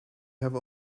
have